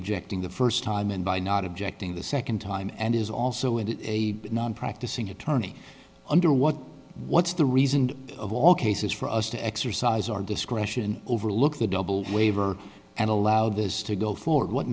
objecting the first time in by not objecting the second time and is also in a non practicing attorney under what what's the reason of all cases for us to exercise our discretion overlook the double waiver and allow this to go forward what